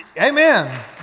amen